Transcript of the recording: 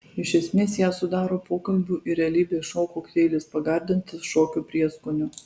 iš esmės ją sudaro pokalbių ir realybės šou kokteilis pagardintas šokio prieskoniu